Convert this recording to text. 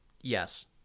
yes